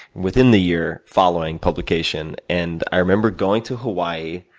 within the year following publication. and, i remember going to hawaii,